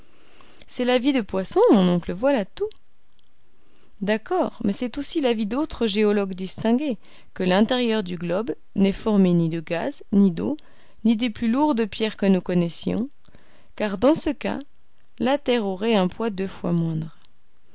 c'est l'avis de poisson mon oncle voilà tout d'accord mais c'est aussi l'avis d'autres géologues distingués que l'intérieur du globe n'est formé ni de gaz ni d'eau ni des plus lourdes pierres que nous connaissions car dans ce cas la terre aurait un poids deux fois moindre